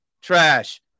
trash